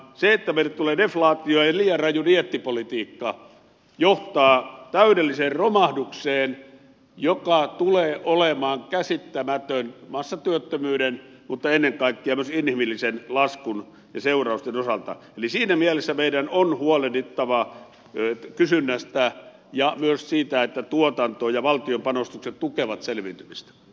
jottei meille tule deflaatiota jottei liian raju dieettipolitiikka johda täydelliseen romahdukseen joka tulee olemaan käsittämätön massatyöttömyyden mutta ennen kaikkea myös inhimillisen laskun ja seurausten osalta meidän on huolehdittava kysynnästä ja myös siitä että tuotanto ja valtion panostukset tukevat selviytymistä